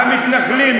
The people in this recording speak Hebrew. המתנחלים,